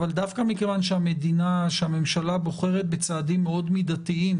אבל דווקא מכיוון שהממשלה בוחרת בצעדים מאוד מידתיים